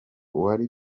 wari